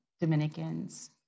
Dominicans